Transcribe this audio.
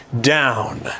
down